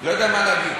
לא יודע מה להגיד.